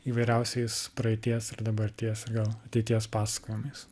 įvairiausiais praeities ir dabarties ir gal ateities pasakojimais